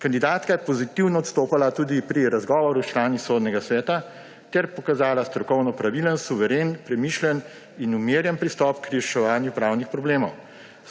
Kandidatka je pozitivno odstopala tudi pri razgovoru s člani Sodnega sveta ter pokazala strokovno pravilen, suveren, premišljen in umirjen pristop k reševanju pravnih problemov.